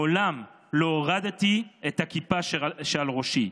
מעולם לא הורדתי את הכיפה שעל ראשי,